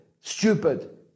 stupid